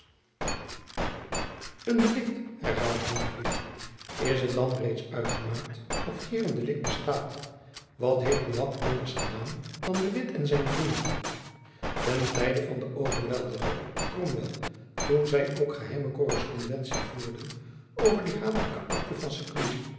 een delikt herhaalde heenvliet is het dan reeds uitgemaakt of hier een delikt bestaat wat heeft buat anders gedaan dan de witt en zijn vrienden ten tijde van den overweldiger kromwell toen zy ook geheime korrespondentie voerden over die hatelijke akte van